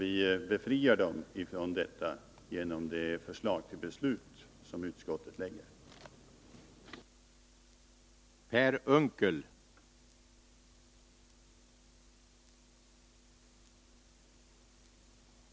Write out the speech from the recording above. Vi befriar televerket från detta, om vi antar det förslag till beslut som utskottet har lagt fram.